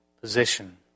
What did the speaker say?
position